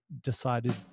decided